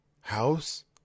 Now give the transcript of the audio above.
house